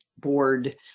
board